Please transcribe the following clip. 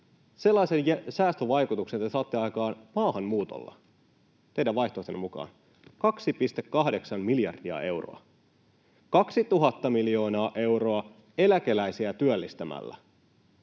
euron säästövaikutukset te saatte aikaan maahanmuutolla teidän vaihtoehtonne mukaan — 2,8 miljardia euroa; 2 000 miljoonan euron säästövaikutukset eläkeläisiä työllistämällä